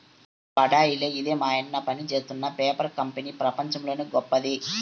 ఆ బడాయిలే ఇదే మాయన్న పనిజేత్తున్న పేపర్ కంపెనీ పెపంచంలోనే గొప్పది